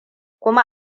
kuma